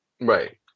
right